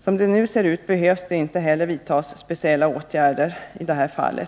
Som det nu ser ut behöver det inte heller vidtas speciella åtgärder i detta fall.